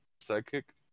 psychic